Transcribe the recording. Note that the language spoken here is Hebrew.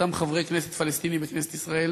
מאותם חברי כנסת פלסטינים בכנסת ישראל